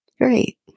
great